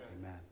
Amen